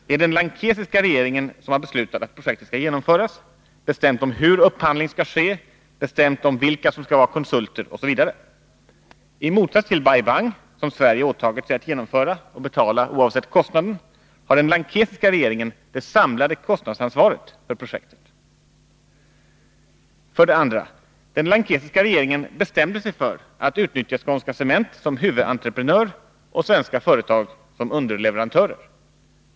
Det är den lankesiska regeringen som har beslutat att projektet skall genomföras och som har bestämt hur upphandling skall ske, vilka som skall vara konsulter osv. I motsats till förhållandet med Bai Bang, som Sverige åtagit sig att genomföra och betala oavsett kostnaden, har den lankesiska regeringen det samlade kostnadsansvaret för projektet. För det andra: Den lankesiska regeringen bestämde sig för att utnyttja Skånska Cementgjuteriet som huvudentreprenör och svenska företag som underleverantörer.